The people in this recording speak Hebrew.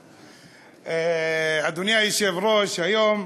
אדוני היושב-ראש, היום,